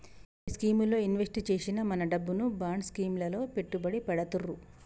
కొన్ని స్కీముల్లో ఇన్వెస్ట్ చేసిన మన డబ్బును బాండ్ స్కీం లలో పెట్టుబడి పెడతుర్రు